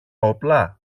όπλα